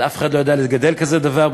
אף אחד לא יודע לגדל כזה דבר,